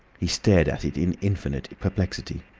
he stared at it in infinite perplexity.